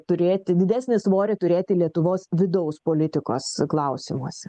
turėti didesnį svorį turėti lietuvos vidaus politikos klausimuose